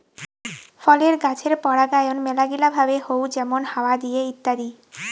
ফলের গাছের পরাগায়ন মেলাগিলা ভাবে হউ যেমন হাওয়া দিয়ে ইত্যাদি